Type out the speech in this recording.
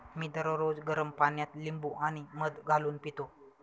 मी दररोज गरम पाण्यात लिंबू आणि मध घालून पितो